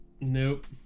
Nope